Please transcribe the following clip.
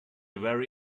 very